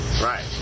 Right